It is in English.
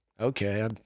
okay